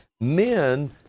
men